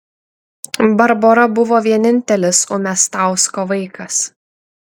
barbora buvo vienintelis umiastausko vaikas